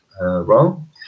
wrong